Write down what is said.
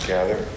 Gather